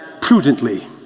prudently